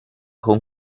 con